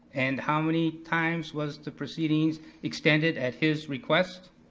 and how many times was the proceedings extended at his request?